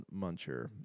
Muncher